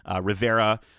Rivera